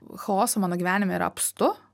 chaoso mano gyvenime yra apstu